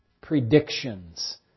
predictions